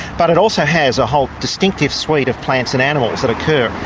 but it also has a whole distinctive suite of plants and animals that occur,